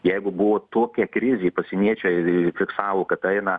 jeigu buvo tokia krizė pasieniečiai fiksavo kad eina